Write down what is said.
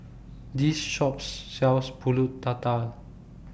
This Shop sells Pulut Tatal